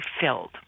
filled